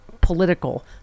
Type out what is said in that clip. political